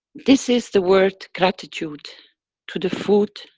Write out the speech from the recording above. this is the word gratitude to the food,